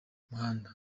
umuhanda